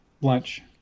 lunch